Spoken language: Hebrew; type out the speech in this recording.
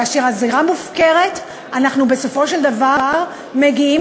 כאשר הזירה מופקרת אנחנו בסופו של דבר מגיעים